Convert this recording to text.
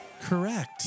correct